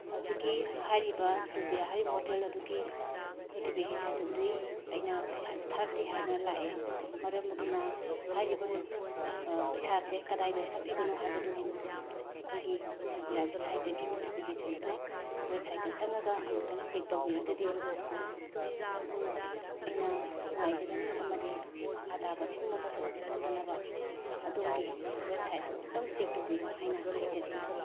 ꯍꯧꯖꯤꯛꯀꯤ ꯍꯥꯏꯔꯤꯕ ꯁꯤꯜꯕꯤꯌꯥ ꯍꯥꯏꯔꯤꯕ ꯍꯣꯇꯦꯜ ꯑꯗꯨꯒꯤ ꯅꯣꯇꯤꯐꯤꯀꯦꯁꯟꯗꯨꯗꯤ ꯑꯩꯅ ꯄꯩꯁꯥꯁꯦ ꯊꯥꯔꯛꯇꯦ ꯍꯥꯏꯗꯅ ꯂꯥꯛꯑꯦ ꯃꯔꯝ ꯑꯗꯨꯅ ꯍꯥꯏꯔꯤꯕ ꯄꯩꯁꯥꯁꯦ ꯀꯗꯥꯏꯗ ꯆꯞꯄꯤꯕꯅꯣ ꯍꯥꯏꯕꯗꯨꯒꯤ ꯑꯩꯈꯣꯏꯒꯤ ꯁꯤꯜꯕꯤꯌꯥꯒꯤ ꯁꯥꯏꯠꯇꯒꯤ ꯅꯣꯇꯤꯐꯤꯀꯦꯁꯜ ꯑꯗꯣ ꯋꯦꯕꯁꯥꯏꯠꯇ ꯆꯪꯉꯒ ꯑꯃꯨꯛꯇꯪ ꯆꯦꯛ ꯇꯧꯕꯤꯔꯒꯗꯤ ꯑꯩꯅ ꯅꯨꯡꯉꯥꯏꯖꯒꯅꯤ ꯑꯃꯗꯤ ꯃꯈꯥ ꯇꯥꯕ ꯑꯁꯤꯒꯨꯝꯕ ꯄꯣꯠꯁꯛ ꯑꯁꯤ ꯊꯣꯛꯇꯅꯕ ꯑꯗꯣꯝꯒꯤ ꯋꯦꯕꯁꯥꯏꯠꯇꯨ ꯑꯝꯇꯪ ꯆꯦꯛ ꯇꯧꯕꯤꯌꯨ ꯍꯥꯏꯅ ꯍꯥꯏꯖꯔꯤ